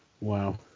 Wow